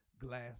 glass